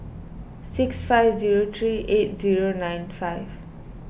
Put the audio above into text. six five zero three eight zero nine five